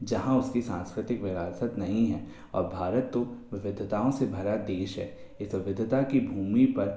जहाँ उस की सांस्कृतिक विरासत नहीं है अब भारत तो विविद्धिताओं से भरा देश है इस विविद्धिता की भूमि पर